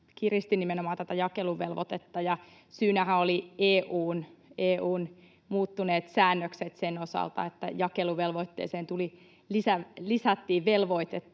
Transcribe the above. kiristi nimenomaan tätä jakeluvelvoitetta, ja syynähän olivat EU:n muuttuneet säännökset sen osalta, että jakeluvelvoitteeseen lisättiin velvoitetta